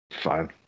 Fine